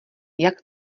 jak